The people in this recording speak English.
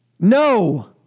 no